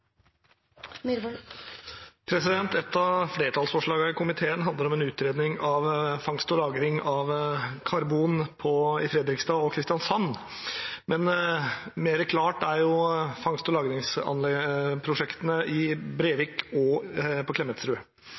Et av flertallsforslagene i komiteen handler om en utredning av fangst og lagring av karbon i Fredrikstad og Kristiansand. Men mer klare er jo fangst- og lagringsprosjektene i Brevik og på Klemetsrud.